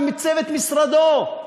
וצוות משרדו.